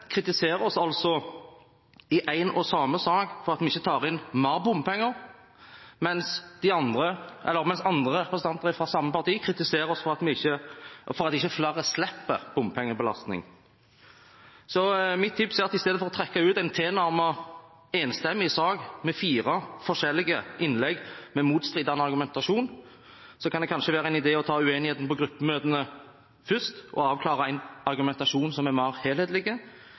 kritiserer oss altså i én og samme sak for at vi ikke tar inn mer bompenger, mens andre representanter fra samme parti kritiserer oss for at ikke flere slipper bompengebelastning. Så mitt tips er at i stedet for å trekke ut en tilnærmet enstemmig sak med fire forskjellige innlegg med motstridende argumentasjon, kan det kanskje være en idé å ta uenigheten på gruppemøtene først og avklare en argumentasjon som er mer helhetlig